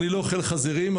אני לא אוכל חזירים,